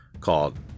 called